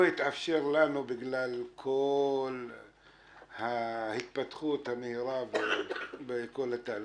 לא התאפשר לנו בגלל כל ההתפתחות המהירה וכל התהליכים.